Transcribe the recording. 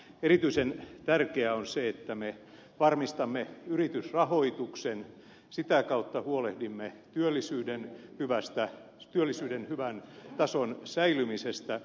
erityisen tärkeää on se että me varmistamme yritysrahoituksen sitä kautta huolehdimme työllisyyden hyvän tason säilymisestä